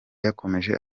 yakomeje